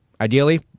Ideally